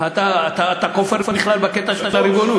אתה כופר בכלל בקטע של הריבונות.